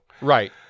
Right